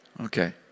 Okay